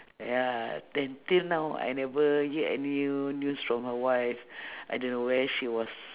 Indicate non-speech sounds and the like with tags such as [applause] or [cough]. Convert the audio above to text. ya then till now I never hear any news from her wife [breath] I don't know where she was